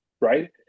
Right